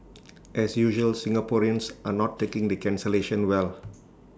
as usual Singaporeans are not taking the cancellation well